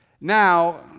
Now